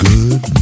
Good